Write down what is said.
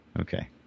Okay